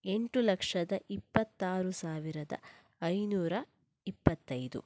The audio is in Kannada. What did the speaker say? ಎಂಟು ಲಕ್ಷದ ಇಪ್ಪತ್ತಾರು ಸಾವಿರದ ಐನೂರ ಇಪ್ಪತ್ತೈದು